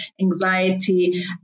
anxiety